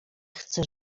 chcę